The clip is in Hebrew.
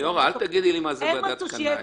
ליאורה, אל תגידי לי מה זה ועדת קנאי.